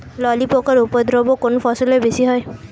ললি পোকার উপদ্রব কোন ফসলে বেশি হয়?